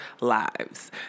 lives